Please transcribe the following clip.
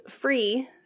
free